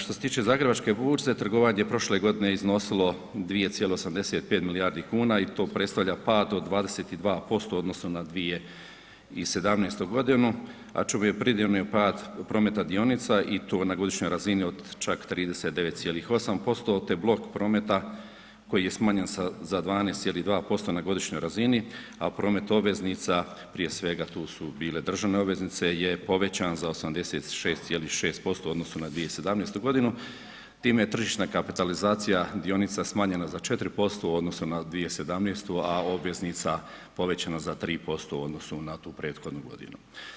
Što se tiče zagrebačke burze trgovanje prošle godine je iznosilo 2,85 milijardi kuna i to predstavlja pad od 22% odnosno na 2017.g., a čemu je pridonio pad prometa dionica i to na godišnjoj razini od čak 39,8%, te blok prometa koji je smanjen za 12,2% na godišnjoj razini, a promet obveznica, prije svega tu su bile državne obveznice, je povećan za 86,6% u odnosu na 2017.g., time je tržišna kapitalizacija dionica smanjena za 4% u odnosu na 2017., a obveznica povećano za 3% u odnosu na tu prethodnu godinu.